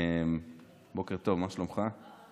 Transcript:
בוקר טוב, מה שלומך?